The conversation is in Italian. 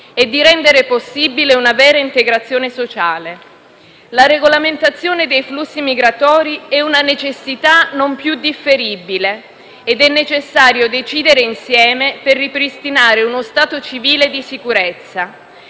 e di rendere possibile una vera integrazione sociale. La regolamentazione dei flussi migratori è una necessità non più differibile e che è necessario decidere insieme per ripristinare uno Stato civile di sicurezza.